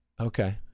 Okay